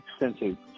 extensive